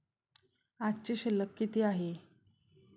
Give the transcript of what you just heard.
आजची शिल्लक किती आहे?